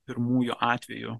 pirmųjų atvejų